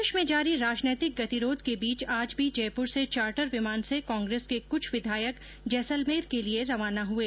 प्रदेश में जारी राजनीतिक गतिरोध के बीच आज भी जयपुर से चार्टर विमान से कांग्रेस के क्छ विधायक जैसलमेर के लिए रवाना हुए